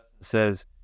says